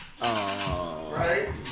Right